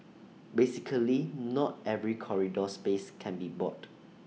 basically not every corridor space can be bought